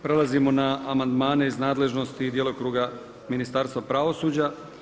Prelazimo na amandmane iz nadležnosti i djelokruga Ministarstva pravosuđa.